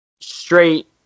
straight